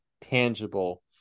tangible